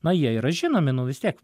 na jie yra žinomi nu vis tiek